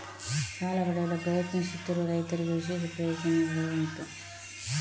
ಸಾಲ ಪಡೆಯಲು ಪ್ರಯತ್ನಿಸುತ್ತಿರುವ ರೈತರಿಗೆ ವಿಶೇಷ ಪ್ರಯೋಜನೆಗಳು ಉಂಟಾ?